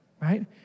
Right